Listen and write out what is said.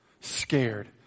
scared